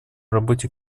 работе